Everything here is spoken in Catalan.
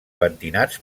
pentinats